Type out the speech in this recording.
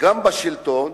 גם בשלטון,